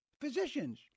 physicians